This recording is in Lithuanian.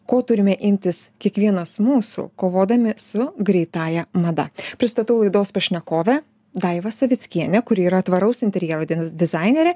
ko turime imtis kiekvienas mūsų kovodami su greitąja mada pristatau laidos pašnekovę daiva savickienė kuri yra tvaraus interjero dizainerė